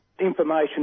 information